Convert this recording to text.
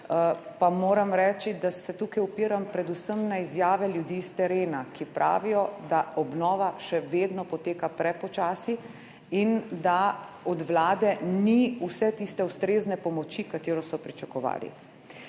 pa moram reči, da se tukaj opiram predvsem na izjave ljudi s terena, ki pravijo, da obnova še vedno poteka prepočasi in da od Vlade ni vse tiste ustrezne pomoči, katero so pričakovali.